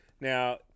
Now